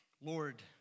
Lord